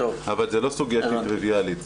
אבל זו לא סוגיה טריוויאלית.